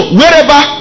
wherever